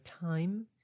time